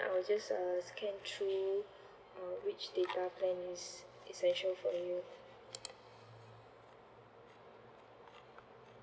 I will just uh scan through uh which data plan is essential for you